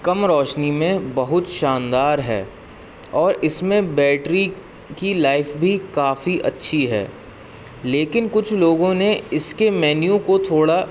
کم روشنی میں بہت شاندار ہے اور اس میں بیٹری کی لائف بھی کافی اچھی ہے لیکن کچھ لوگوں نے اس کے مینیو کو تھوڑا